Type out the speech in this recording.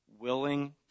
willing